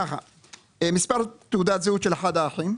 מספר תעודת זהות של אחד האחים.